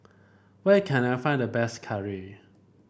where can I find the best curry